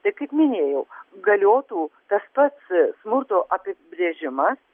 tai kaip minėjau galiotų tas pats smurto apibrėžimas